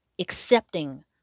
accepting